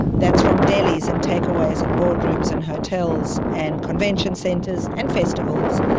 that's from delis and takeaways and boardrooms and hotels and convention centres and festivals.